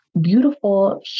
beautiful